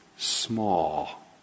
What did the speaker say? Small